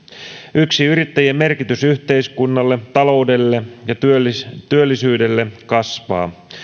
yksinyrittäjien merkitys yhteiskunnalle taloudelle ja työllisyydelle kasvaa